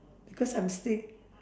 because I'm stay